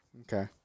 Okay